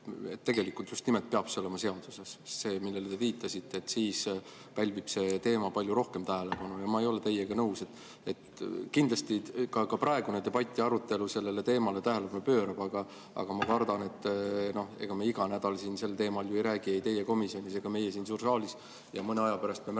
et tegelikult peab see olema seaduses. Te viitasite, et siis pälvib see teema palju rohkem tähelepanu. Ma ei ole teiega nõus, kindlasti ka praegune debatt ja arutelu sellele teemale tähelepanu pöörab, aga ma kardan, et ega me iga nädal siin sel teemal ei räägi, ei teie komisjonis ega meie siin saalis. Mõne aja pärast me